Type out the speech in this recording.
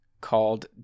called